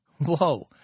Whoa